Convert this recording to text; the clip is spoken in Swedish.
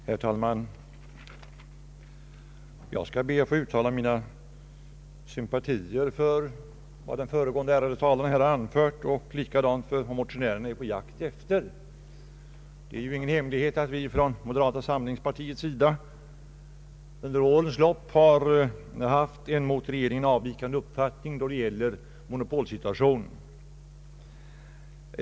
Herr talman! Jag skall be att få uttala mina sympatier för vad den föregående ärade talaren anfört och för vad motionärerna är på jakt efter. Det är ingen hemlighet att vi inom moderata samlingspartiet under årens lopp har haft en från regeringen avvikande uppfattning när det gäller monopolsituationen.